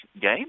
game